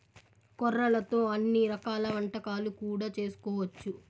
కొర్రలతో అన్ని రకాల వంటలు కూడా చేసుకోవచ్చు